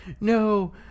no